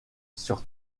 sur